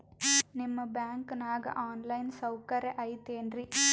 ನಿಮ್ಮ ಬ್ಯಾಂಕನಾಗ online ಸೌಕರ್ಯ ಐತೇನ್ರಿ?